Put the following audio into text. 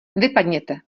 vypadněte